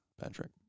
Patrick